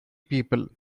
people